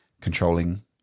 controlling